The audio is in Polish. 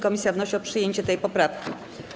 Komisja wnosi o przyjęcie tej poprawki.